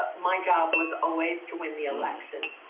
ah my job was always to win the election.